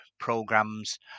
Programs